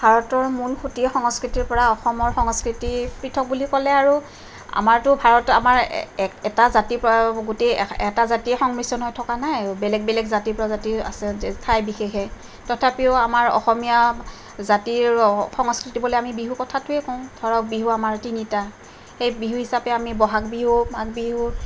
ভাৰতৰ মূল সূঁতিৰ সংস্কৃতিৰ পৰা অসম সংস্কৃতি পৃথক বুলি ক'লে আৰু আমাৰতো ভাৰত আমাৰ এটা জাতিৰ পৰা গোটেই এটা জাতিয়ে সংমিশ্ৰণ হৈ থকা নাই বেলেগ বেলেগ জাতি প্ৰজাতিৰ আছে ঠাই বিশেষে তথাপিও আমাৰ অসমীয়া জাতিৰ সংস্কৃতি বুলি ক'লে বিহু কথাটোৱে কওঁ ধৰক বিহু আমাৰ তিনিটা সেই বিহু হিচাপে আমি বহাগ বিহু মাঘ বিহু